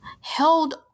held